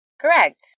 Correct